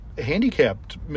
handicapped